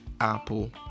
Apple